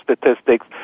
statistics